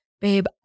babe